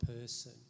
person